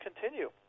continue